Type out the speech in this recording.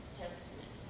testament